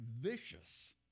vicious